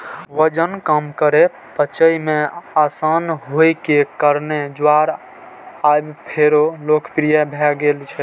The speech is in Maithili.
वजन कम करै, पचय मे आसान होइ के कारणें ज्वार आब फेरो लोकप्रिय भए गेल छै